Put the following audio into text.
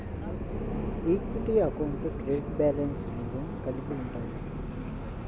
equity అకౌంట్లు credit బ్యాలెన్స్లను కలిగి ఉంటయ్యి